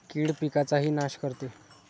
कीड पिकाचाही नाश करते